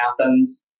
Athens